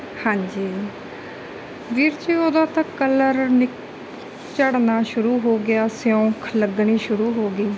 ਹਾਂਜੀ ਵੀਰ ਜੀ ਉਹਦਾ ਤਾਂ ਕਲਰ ਨਿ ਝੜਨਾ ਸ਼ੁਰੂ ਹੋ ਗਿਆ ਸਿਉਂਕ ਲੱਗਣੀ ਸ਼ੁਰੂ ਹੋ ਗਈ